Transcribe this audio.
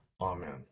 Amen